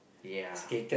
ya